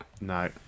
no